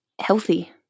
healthy